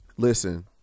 listen